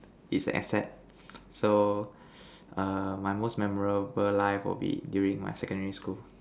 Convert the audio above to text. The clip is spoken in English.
is a asset so err my most memorable life will be during my secondary school